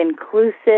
inclusive